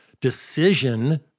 decision